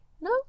no